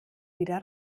wieder